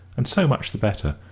and so much the better,